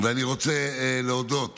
אני רוצה להודות